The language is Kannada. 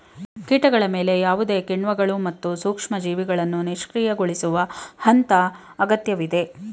ಕೀಟಗಳ ಮೇಲೆ ಯಾವುದೇ ಕಿಣ್ವಗಳು ಮತ್ತು ಸೂಕ್ಷ್ಮಜೀವಿಗಳನ್ನು ನಿಷ್ಕ್ರಿಯಗೊಳಿಸುವ ಹಂತ ಅಗತ್ಯವಿದೆ